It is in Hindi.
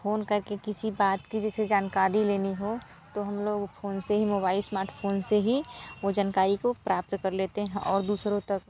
फोन करके किसी बात की जैसे जानकारी लेनी हो तो हम लोग फोन से ही मोबाइल स्मार्टफोन से ही वो जानकारी को प्राप्त कर लेते हैं और दूसरों तक